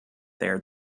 their